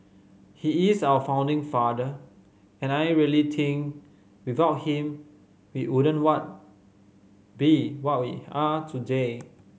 he is our founding father and I really think without him we wouldn't what be what we are today